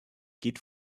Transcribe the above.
geht